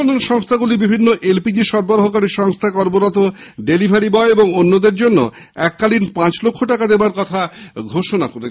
তেল বিপণন সংস্থাগুলি বিভিন্ন এলপিজি সরবরাহ সংস্থায় কর্মরত ডেলিভারি বয় এবং অন্যদের জন্য এককালীন পাঁচ লক্ষ টাকা দেওয়ার কথা ঘোষণা করেছে